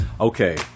okay